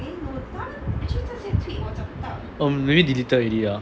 oh maybe deleted already ah